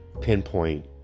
pinpoint